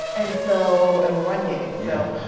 and so and run gaming, so.